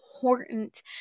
important